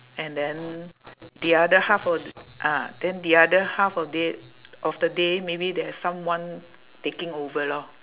and then the other half of th~ ah then the other half of day of the day maybe there's someone taking over lor